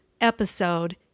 episode